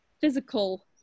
physical